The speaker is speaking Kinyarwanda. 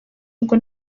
nubwo